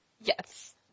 Yes